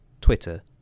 Twitter